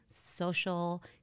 social